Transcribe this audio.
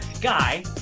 guy